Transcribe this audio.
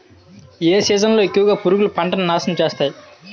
ఏ season లో ఎక్కువుగా పురుగులు పంటను నాశనం చేస్తాయి?